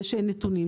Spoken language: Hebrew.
זה שאין נתונים,